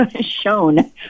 shown